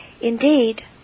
Indeed